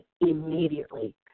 immediately